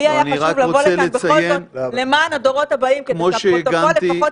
לי היה חשוב לבוא לכאן בכל זאת למען הדורות הבאים כדי שהפרוטוקול לפחות